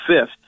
fifth